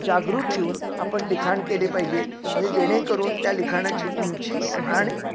जागरूक ठेवून आपण लिखाण केले पाहिजे म्हणजे जेणेकरून त्या लिखाणाची उंची आणि